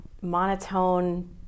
monotone